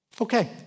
okay